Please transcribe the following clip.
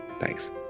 Thanks